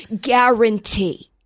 guarantee